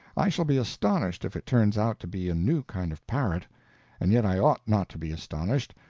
i shall be astonished if it turns out to be a new kind of parrot and yet i ought not to be astonished,